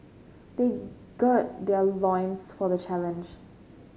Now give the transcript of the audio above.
they gird their loins for the challenge